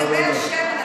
לגבי השמן,